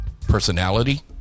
personality